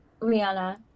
Rihanna